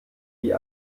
wie